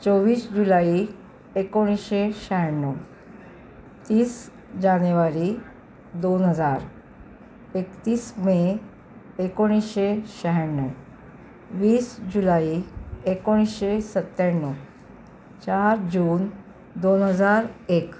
चोवीस जुलै एकोणीसशे शहाण्णव तीस जानेवारी दोन हजार एकतीस मे एकोणीसशे शहाण्णव वीस जुलै एकोणीसशे सत्त्याण्णव चार जून दोन हजार एक